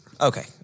Okay